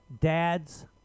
Dad's